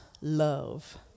Love